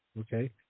okay